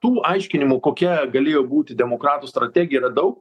tų aiškinimų kokia galėjo būti demokratų strategija yra daug